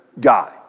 guy